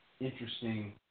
interesting